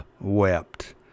wept